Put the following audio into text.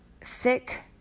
thick